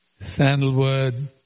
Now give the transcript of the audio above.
sandalwood